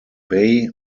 bay